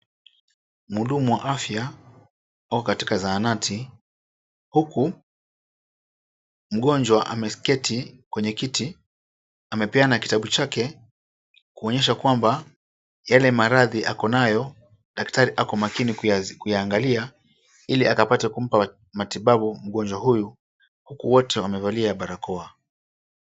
Mhudumu wa afya ako katika zahanati huku mgonjwa ameketi kwenye kiti amepeana kitabu chake kuonyesha kwamba yale maradhi ako nayo daktari ako makini kuyaangalia ili akapata kumpa matibabu mgonjwa huyu. Wote wamevalia barakoa.